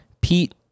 Pete